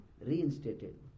reinstated